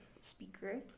speaker